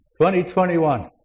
2021